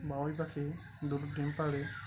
বাবুই পাখি দুইটি পায়